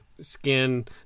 skin